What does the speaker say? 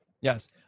Yes